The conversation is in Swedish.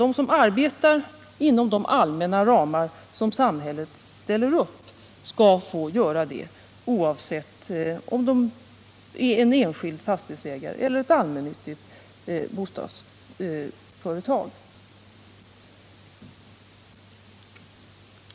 De som arbetar inom de allmänna ramar som samhället ställer upp skall få göra det, oavsett om de är enskilda fastighetsägare eller allmännyttiga bostadsföretag.